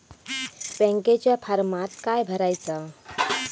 बँकेच्या फारमात काय भरायचा?